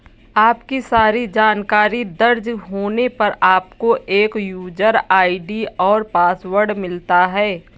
आपकी सारी जानकारी दर्ज होने पर, आपको एक यूजर आई.डी और पासवर्ड मिलता है